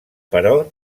però